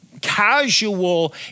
casual